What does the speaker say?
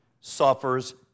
suffers